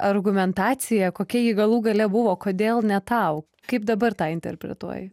argumentacijq kokia ji galų gale buvo kodėl ne tau kaip dabar tai interpretuoji